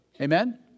Amen